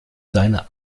deine